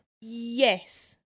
yes